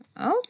Okay